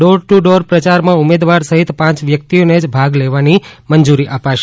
door to door પ્રયારમાં ઉમેદવાર સહિત પાંચ વ્યક્તિઓને જ ભાગ લેવાની મંજૂરી અપાશે